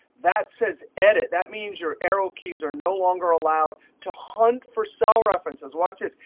that says edit. that means your arrow keys are no longer allowed to hunt for cell references. watch this.